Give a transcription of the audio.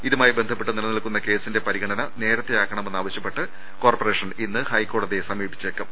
ഇതുമായി ബന്ധപ്പെട്ട് നിലനിൽക്കുന്ന കേസിന്റെ പരിഗണന നേരത്തെയാക്കണമെന്നാവശൃപ്പെട്ട് കോർപ്പ റേഷൻ ഇന്ന് ഹൈക്കോടതിയെ സമീപിച്ചേക്കും